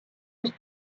just